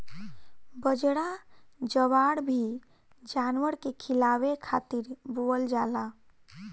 बजरा, जवार भी जानवर के खियावे खातिर बोअल जाला